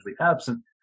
absent